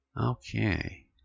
Okay